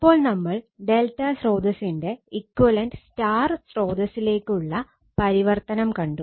ഇപ്പോൾ നമ്മൾ Δ സ്രോതസ്സിന്റെ ഇക്വലന്റ് Y സ്രോതസ്സിലേക്കുള്ള പരിവർത്തനം കണ്ടു